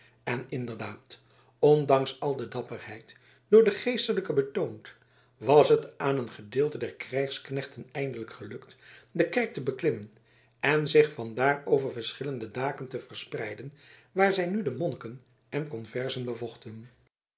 en inderdaad ondanks al de dapperheid door de geestelijken betoond was het aan een gedeelte der krijgsknechten eindelijk gelukt de kerk te beklimmen en zich van daar over verschillende daken te verspreiden waar zij nu de monniken en conversen bevochten